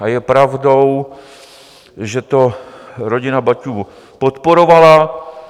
A je pravdou, že to rodina Baťů podporovala.